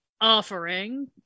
offering